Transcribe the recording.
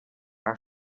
are